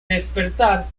despertar